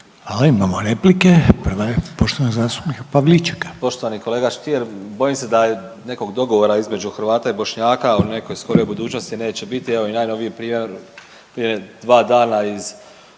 Imamo replike, prava je poštovanog zastupnika Pavličeka.